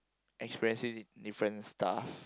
express in different stuff